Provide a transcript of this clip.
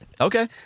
okay